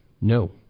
No